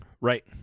Right